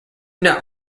not